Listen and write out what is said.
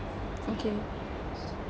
okay